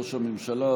ראש הממשלה.